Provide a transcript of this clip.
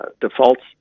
defaults